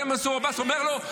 אומר לו: